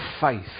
faith